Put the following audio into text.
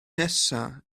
nesaf